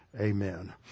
Amen